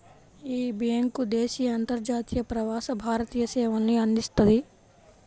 యీ బ్యేంకు దేశీయ, అంతర్జాతీయ, ప్రవాస భారతీయ సేవల్ని అందిస్తది